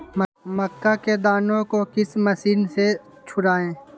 मक्का के दानो को किस मशीन से छुड़ाए?